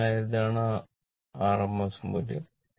അതിനാൽ ഇതാണ് r RMS മൂല്യം